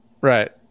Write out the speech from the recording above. Right